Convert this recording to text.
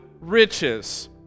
riches